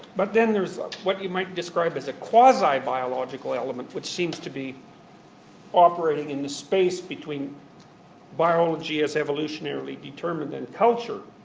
but then there's what you might describe as a quasi-biological element, which seems to be operating in the space between biology as evolutionarily determined, and culture.